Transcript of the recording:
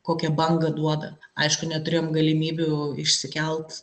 kokią bangą duoda aišku neturėjom galimybių išsikelt